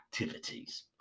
activities